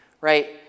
right